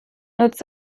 nutzt